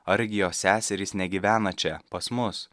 argi jo seserys negyvena čia pas mus